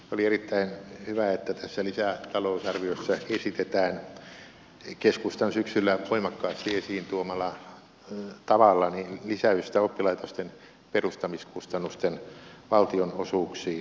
oli erittäin hyvä että tässä lisätalousarviossa esitetään keskustan syksyllä voimakkaasti esiintuomalla tavalla lisäystä oppilaitosten perustamiskustannusten valtionosuuksiin ja avustuksiin